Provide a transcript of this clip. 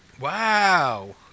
Wow